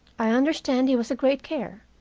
i understand he was a great care.